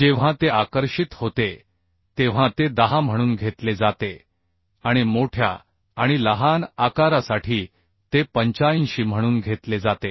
जेव्हा ते आकर्षित होते तेव्हा ते 10 म्हणून घेतले जाते आणि मोठ्या आणि लहान आकारासाठी ते 085 म्हणून घेतले जाते